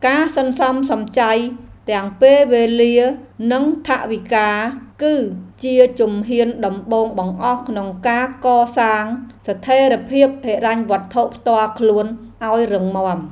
ការសន្សំសំចៃទាំងពេលវេលានិងថវិកា គឺជាជំហានដំបូងបង្អស់ក្នុងការកសាងស្ថិរភាពហិរញ្ញវត្ថុផ្ទាល់ខ្លួនឱ្យរឹងមាំ។